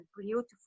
beautiful